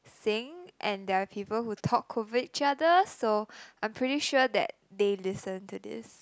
sing and there are people who talk over each other so I'm pretty sure that they listen to this